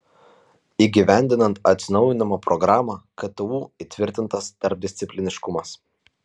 įgyvendinant atsinaujinimo programą ktu įtvirtintas tarpdiscipliniškumas